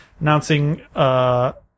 announcing